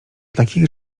takich